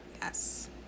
yes